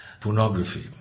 pornography